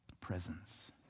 Presence